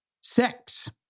sex